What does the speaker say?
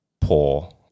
poor